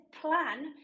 plan